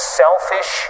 selfish